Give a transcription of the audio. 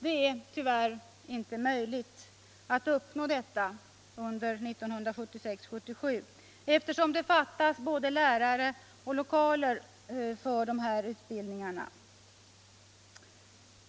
Det är tyvärr inte möjligt att uppnå detta under 1976/77, eftersom det fattas både lärare och lokaler till dessa utbildningar.